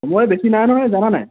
মই বেছি নাই নহয় জানানে